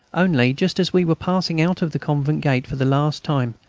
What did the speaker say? only, just as we were passing out of the convent gate for the last time,